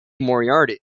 moriarty